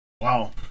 Wow